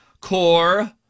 core